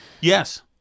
Yes